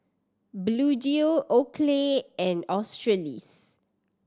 Bluedio Oakley and Australis